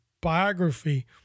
biography